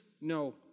no